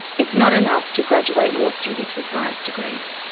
it's not enough to graduate more students with science degrees.